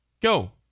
go